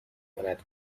کند